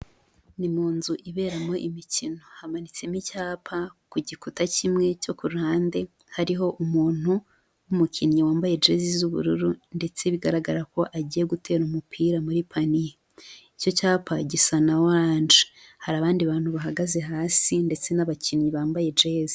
Ni mu nzu iberamo imikino, hamanitsemo icyapa ku gikuta kimwe cyo ku ruhande hariho umuntu w'umukinnyi wambaye jezi z'ubururu, ndetse bigaragara ko agiye gutera umupira muri paniye. Icyo cyapa gisa na orange, hari abandi bantu bahagaze hasi, ndetse n'abakinnyi bambaye jazi.